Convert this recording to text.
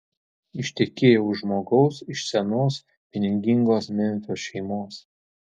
ištekėjo už žmogaus iš senos pinigingos memfio šeimos